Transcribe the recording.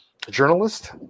Journalist